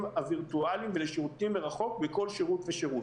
הווירטואליים ולשירותים מרחוק בכל שירות ושירות.